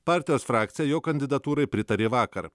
partijos frakcija jo kandidatūrai pritarė vakar